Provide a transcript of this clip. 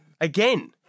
again